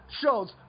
shows